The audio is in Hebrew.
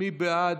מי בעד?